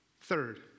Third